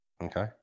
Okay